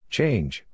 Change